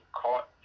caught